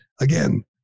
Again